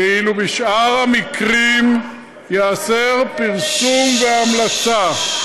ואילו בשאר המקרים ייאסר פרסום ההמלצה.